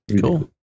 cool